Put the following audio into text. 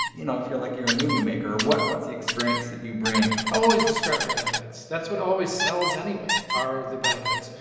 you know, if you're like you're a movie maker, what what's the experience that you bring? always describe the benefits. that's what always sells anyway, are the benefits.